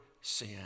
sin